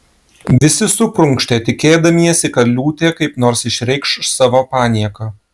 visi suprunkštė tikėdamiesi kad liūtė kaip nors išreikš savo panieką